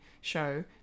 show